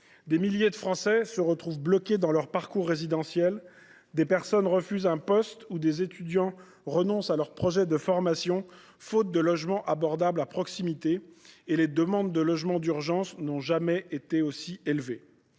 Des milliers de Français se retrouvent bloqués dans leur parcours résidentiel. Des personnes refusent un poste et des étudiants renoncent à leur projet de formation, faute de logements abordables à proximité, alors que les demandes de logements d’urgence n’ont pour leur part jamais été aussi élevées.